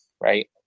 right